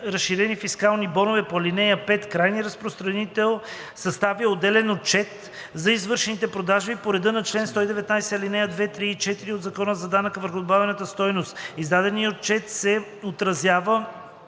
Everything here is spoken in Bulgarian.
разширени фискални бонове по ал. 5 крайният разпространител съставя отделен отчет за извършените продажби по реда на чл. 119, ал. 2, 3 и 4 от Закона за данък върху добавената стойност. Издаденият отчет се отразява